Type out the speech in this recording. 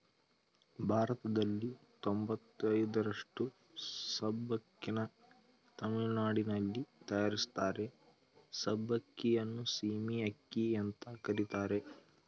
ಭಾರತದಲ್ಲಿ ತೊಂಬತಯ್ದರಷ್ಟು ಸಬ್ಬಕ್ಕಿನ ತಮಿಳುನಾಡಲ್ಲಿ ತಯಾರಿಸ್ತಾರೆ ಸಬ್ಬಕ್ಕಿಯನ್ನು ಸೀಮೆ ಅಕ್ಕಿ ಅಂತ ಕರೀತಾರೆ